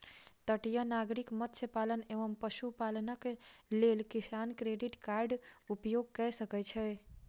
तटीय नागरिक मत्स्य पालन एवं पशुपालनक लेल किसान क्रेडिट कार्डक उपयोग कय सकै छै